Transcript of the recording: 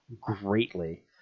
greatly